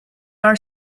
are